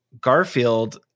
Garfield